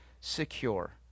secure